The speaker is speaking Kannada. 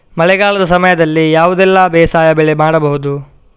ಮಳೆಗಾಲದ ಸಮಯದಲ್ಲಿ ಯಾವುದೆಲ್ಲ ಬೇಸಾಯ ಬೆಳೆ ಮಾಡಬಹುದು?